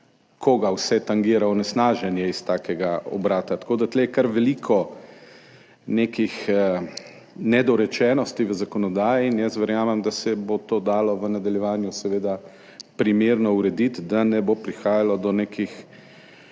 koga vse tangira onesnaženje iz takega obrata. Tako da je tu kar veliko nekih nedorečenosti v zakonodaji in verjamem, da se bo to dalo v nadaljevanju seveda primerno urediti, da ne bo prihajalo do nekih,